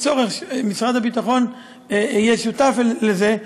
שמשרד הביטחון יהיה שותף לזה,